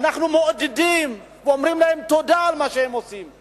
אנחנו מעודדים ואומרים להם תודה על מה שהם עושים.